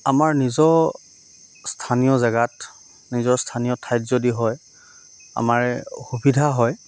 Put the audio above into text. আমাৰ নিজৰ স্থানীয় জেগাত নিজৰ স্থানীয় ঠাইত যদি হয় আমাৰে সুবিধা হয়